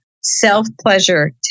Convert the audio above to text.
self-pleasure